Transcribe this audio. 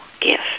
gift